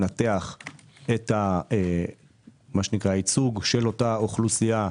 לנתח את מה שנקרא ייצוג אותה אוכלוסייה,